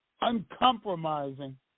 uncompromising